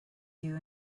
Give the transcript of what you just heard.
you